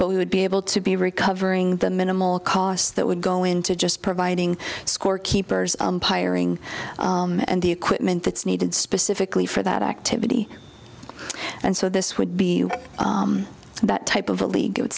but we would be able to be recovering the minimal costs that would go into just providing scorekeepers on pirating and the equipment that's needed specifically for that activity and so this would be that type of league it would